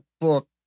book